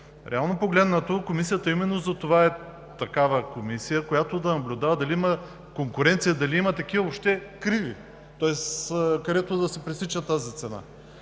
Реално погледнато Комисията именно затова е такава комисия, която да наблюдава дали има конкуренция, дали има въобще такива криви, където да се пресича тази цена.